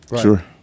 Sure